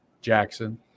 Jackson